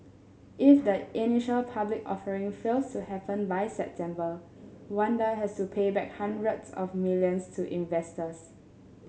if the initial public offering fails to happen by September Wanda has to pay back hundreds of millions to investors